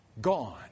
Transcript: Gone